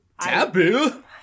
taboo